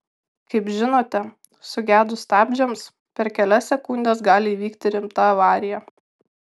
kaip žinote sugedus stabdžiams per kelias sekundes gali įvykti rimta avarija